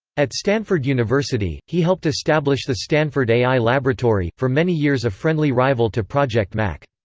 at stanford university, he helped establish the stanford ai laboratory, for many years a friendly rival to project mac.